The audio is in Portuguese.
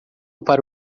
para